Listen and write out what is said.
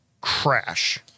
crash